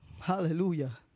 Hallelujah